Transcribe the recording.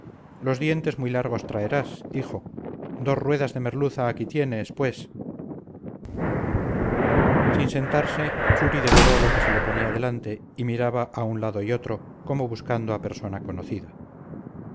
los dientes muy largos traerás hijo dos ruedas de merluza aquí tienes pues sin sentarse churi devoró lo que se le ponía delante y miraba a un lado y otro como buscando a persona conocida